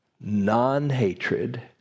non-hatred